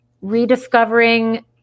rediscovering